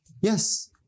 Yes